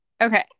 Okay